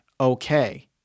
okay